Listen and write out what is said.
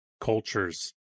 cultures